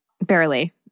Barely